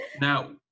Now